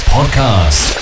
Podcast